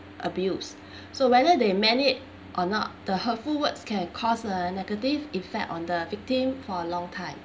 abuse so whether they meant it or not the hurtful words can cause a negative effect on the victim for a long time